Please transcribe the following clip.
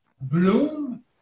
bloom